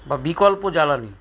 বা বিকল্প জ্বালানি